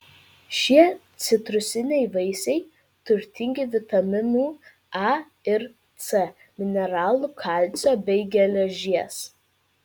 šie citrusiniai vaisiai turtingi vitaminų a ir c mineralų kalcio bei geležies